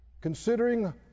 considering